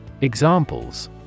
Examples